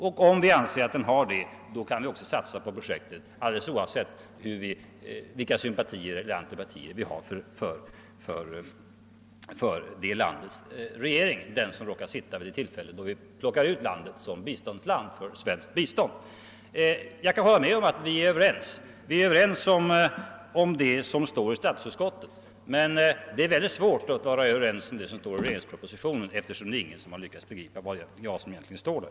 Om vi anser att de har det kan vi också satsa på projekten, alldeles oavsett vilka sympatier eller antipatier vi har för den regering som råkar sitta då vi väljer ut landet för svenskt bistånd. Herr talman! Vi är överens om det som står i statsutskottets utlåtande, men om vi är överens om det som står i regeringspropositionen eller inte är svårt att säga, eftersom ingen riktigt lyckats begripa vad som egentligen står där.